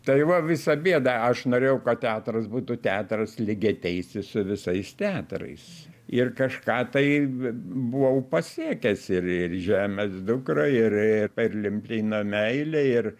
tai va visa bėda aš norėjau kad teatras būtų teatras lygiateisis su visais teatrais ir kažką tai buvau pasiekęs ir ir žemės dukra ir perlimplino meilė ir